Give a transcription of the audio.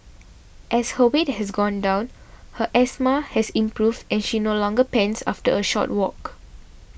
as her weight has gone down her asthma has improved and she no longer pants after a short walk